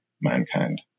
mankind